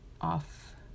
off